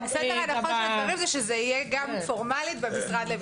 הסדר הנכון של הדברים זה שזה יהיה גם פורמלית במשרד לביטחון הפנים.